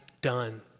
done